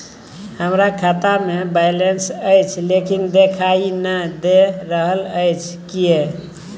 हमरा खाता में बैलेंस अएछ लेकिन देखाई नय दे रहल अएछ, किये?